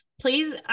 please